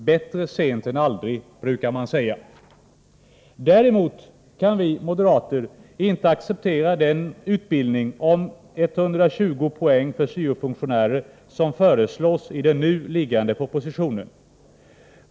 Bättre sent än aldrig brukar man säga. Däremot kan vi moderater inte acceptera den utbildning om 120 poäng för syo-funktionärer som föreslås i den nu liggande propositionen.